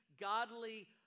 godly